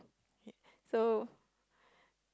so